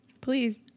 Please